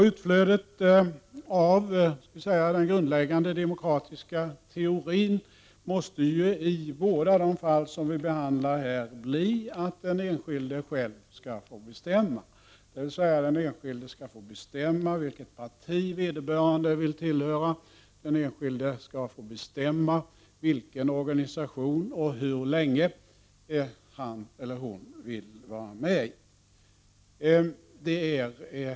Utflödet av, skulle jag vilja säga, den grundläggande demokratiska teorin måste i de båda fall som vi här behandlar bli att den enskilde själv skall få bestämma — dvs. att den enskilde själv skall få bestämma vilket parti vederbörande vill tillhöra. Den enskilde skall få bestämma vilken organisation han eller hon skall vara med i och hur länge.